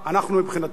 אנחנו מבחינתנו,